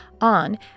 on